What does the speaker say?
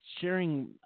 sharing